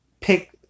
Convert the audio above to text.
pick